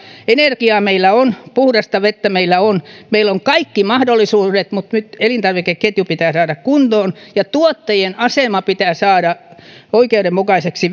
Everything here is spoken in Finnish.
energiaa meillä on puhdasta vettä meillä on meillä on kaikki mahdollisuudet mutta nyt elintarvikeketju pitää saada kuntoon ja tuottajien asema pitää saada oikeudenmukaiseksi